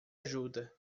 ajuda